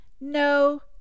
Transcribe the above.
No